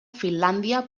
finlàndia